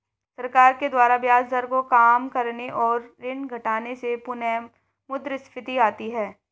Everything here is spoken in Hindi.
सरकार के द्वारा ब्याज दर को काम करने और ऋण घटाने से पुनःमुद्रस्फीति आती है